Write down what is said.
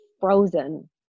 frozen